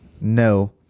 No